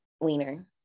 Wiener